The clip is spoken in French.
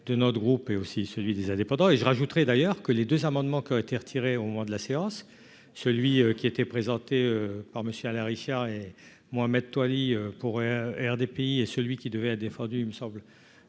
de notre groupe et aussi celui des indépendants et je rajouterai d'ailleurs que les 2 amendements qui ont été retirés au moment de la séance, celui qui était présenté par Monsieur Alain Richard et Mohamed il pour des pays et celui qui devait a défendu, il me semble